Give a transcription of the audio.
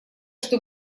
что